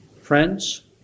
Friends